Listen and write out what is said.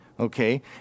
Okay